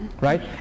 Right